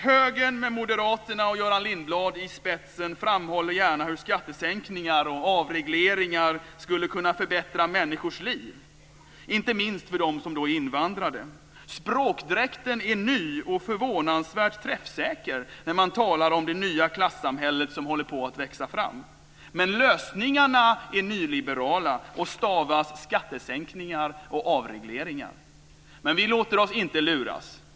Högern med Moderaterna och Göran Lindblad i spetsen framhåller gärna hur skattesänkningar och avregleringar skulle kunna förbättra människors liv, inte minst för dem som är invandrade. Språkdräkten är ny och förvånansvärt träffsäker när man talar om det nya klassamhälle som håller på att växa fram. Men lösningarna är nyliberala och stavas skattesänkningar och avregleringar. Vi låter oss dock inte luras.